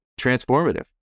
transformative